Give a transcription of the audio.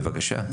בבקשה.